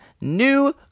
new